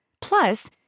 Plus